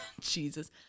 Jesus